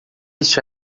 este